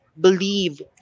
Believe